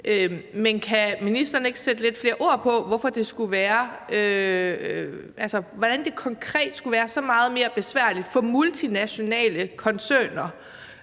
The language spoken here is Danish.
Men kan ministeren ikke sætte lidt flere ord på, hvordan det konkret skulle være så meget mere besværligt for multinationale koncerner